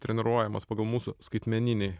treniruojamas pagal mūsų skaitmeninį